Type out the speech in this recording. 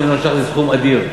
11 מיליון ש"ח זה סכום אדיר.